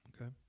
Okay